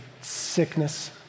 sickness